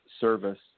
service